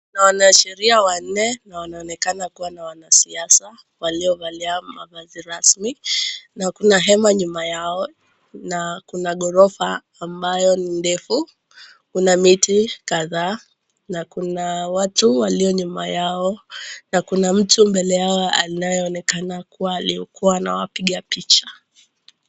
Naona wanasheria wanne, wanaonekana kuwa na siasa. Waliovalia mavazi rasmi, na kuna hema nyuma yao na kuna ghorofa ambayo ni ndefu, kuna miti kadhaa na kuna watu walio nyuma yao na kuna mtu mbele yao anayeonekana kuwa alikuwa anawapiga picha.